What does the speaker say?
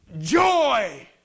joy